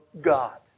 God